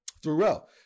throughout